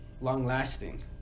long-lasting